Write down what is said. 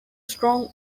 strong